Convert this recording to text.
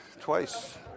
Twice